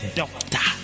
doctor